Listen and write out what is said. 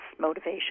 motivation